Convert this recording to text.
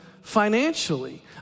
financially